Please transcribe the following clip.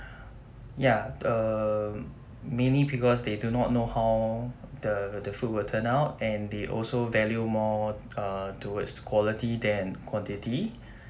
ya um mainly because they do not know how the the food would turn out and they also value more uh towards quality than quantity